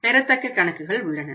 பெறத்தக்க கணக்குகள் உள்ளன